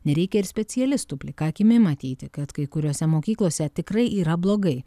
nereikia ir specialistų plika akimi matyti kad kai kuriose mokyklose tikrai yra blogai